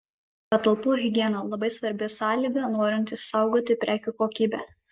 patalpų higiena labai svarbi sąlyga norint išsaugoti prekių kokybę